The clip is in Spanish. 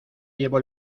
llevo